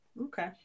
Okay